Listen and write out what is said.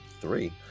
three